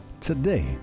today